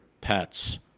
Pets